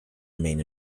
remain